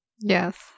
Yes